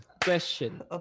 question